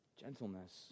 Gentleness